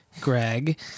Greg